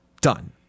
done